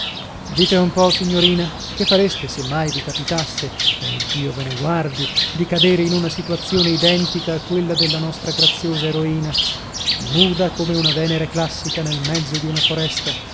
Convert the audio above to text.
dite un po signorina che fareste se mai vi capitasse e iddio ve ne guardi di cadere in una situazione identica a quella della nostra graziosa eroina nuda come una venere classica nel mezzo di una foresta